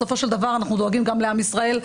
בסופו של דבר אנחנו דואגים גם לעם ישראל,